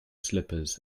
slippers